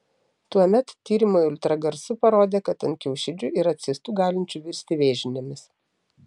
tuomet tyrimai ultragarsu parodė kad ant kiaušidžių yra cistų galinčių virsti vėžinėmis